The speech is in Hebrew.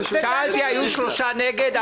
כששאלתי היו שלושה נגד.